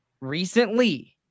recently